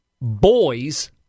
boys